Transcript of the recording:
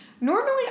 Normally